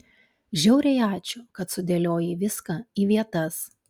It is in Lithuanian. žiauriai ačiū kad sudėliojai viską į vietas